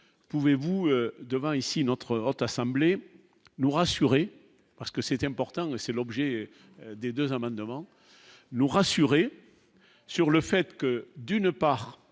pouvez-vous demain et si notre haute assemblée nous rassurer, parce que c'est important, c'est l'objet des 2 amendements nous rassurer sur le fait que d'une part,